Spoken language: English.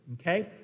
okay